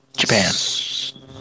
Japan